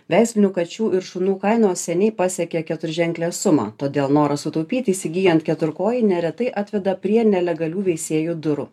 veislinių kačių ir šunų kainos seniai pasiekė keturženklę sumą todėl noras sutaupyti įsigyjant keturkojį neretai atveda prie nelegalių veisėjų durų